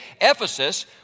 Ephesus